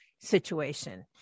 situation